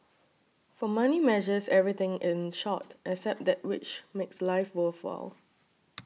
for money measures everything in short except that which makes life worthwhile